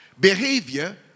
behavior